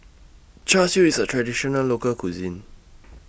Char Siu IS A Traditional Local Cuisine